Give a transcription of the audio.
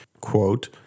Quote